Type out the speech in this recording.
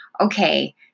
okay